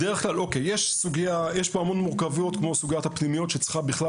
יש פה המון מורכבות כמו סוגיית הפנימיות שצריכה בכלל